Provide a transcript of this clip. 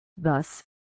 Thus